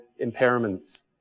impairments